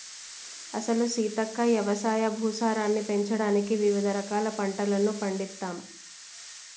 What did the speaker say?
అసలు సీతక్క యవసాయ భూసారాన్ని పెంచడానికి వివిధ రకాల పంటలను పండిత్తమ్